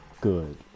good